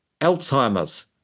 Alzheimer's